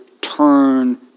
turn